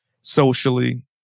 socially